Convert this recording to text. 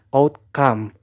outcome